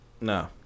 No